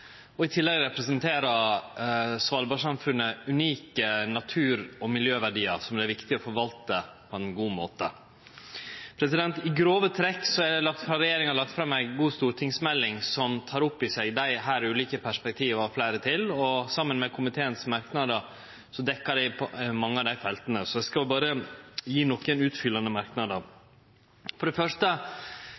I tillegg representerer Svalbard-samfunnet unike natur- og miljøverdiar, som det er viktig å forvalte på ein god måte. I grove trekk har regjeringa lagt fram ei god stortingsmelding, som tek opp i seg desse ulike perspektiva og fleire til, og saman med merknadene frå komiteen dekkjer dei mange av dei felta. Eg skal berre gje nokre utfyllande merknader. For det første